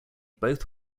both